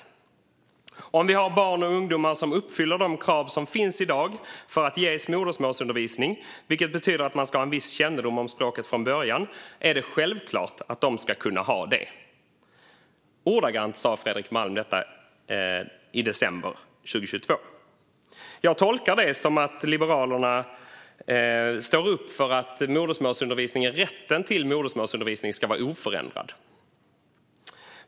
Han sa också att "om vi har barn och ungdomar som uppfyller de krav som finns i dag för att ges modersmålsundervisning, vilket betyder att man ska ha en viss kännedom om språket från början, är det självklart att de ska kunna ha det" - det var ordagrant vad Fredrik Malm sa här i december 2022. Jag tolkar det som att Liberalerna står upp för att rätten till modersmålsundervisning ska vara oförändrad.